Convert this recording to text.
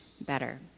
better